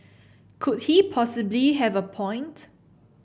could he possibly have a point